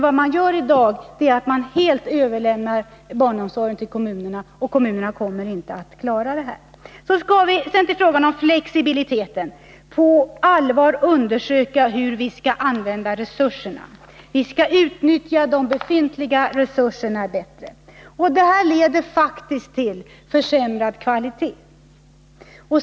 Vad man i dag gör är att man överlämnar barnomsorgen helt åt kommunerna, och kommunerna kommer inte att klara detta. Så till frågan om flexibilitet. Där säger Gabriel Romanus: ”Vi skall på allvar undersöka hur vi skall använda resurserna. Vi skall utnyttja de befintliga resurserna bättre.” Detta leder faktiskt till försämrad kvalitet.